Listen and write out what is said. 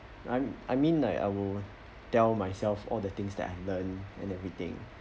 I'm I mean like I will tell myself all the things that I learned and everything